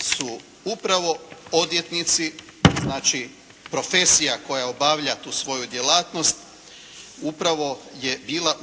su upravo odvjetnici, znači profesija koja obavlja tu svoju djelatnost, upravo je bila